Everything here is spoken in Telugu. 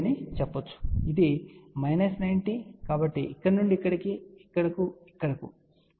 కాబట్టి ఇది మైనస్ 90 కాబట్టి ఇక్కడ నుండి ఇక్కడకు ఇక్కడకు ఇక్కడకు ఇక్కడకు